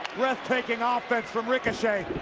breathtaking ah offense from ricochet.